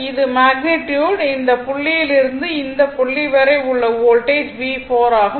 இது மேக்னிட்யுட் இந்த புள்ளியில் இருந்து இந்த புள்ளி வரை உள்ள வோல்டேஜ் V4 ஆகும்